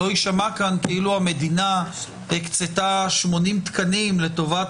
שלא יישמע כאן כאילו המדינה הקצתה 80 תקנים לטובת